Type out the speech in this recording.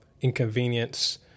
inconvenience